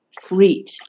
treat